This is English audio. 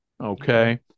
Okay